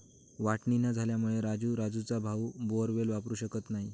वाटणी न झाल्यामुळे राजू राजूचा भाऊ बोअरवेल वापरू शकत नाही